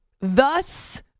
thus